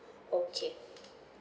okay